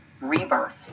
rebirth